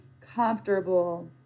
comfortable